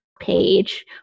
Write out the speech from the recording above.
Page